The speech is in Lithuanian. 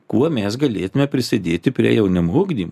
kuo mes galėtumėme prisidėti prie jaunimo ugdymo